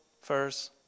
first